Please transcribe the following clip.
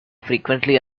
frequently